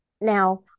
Now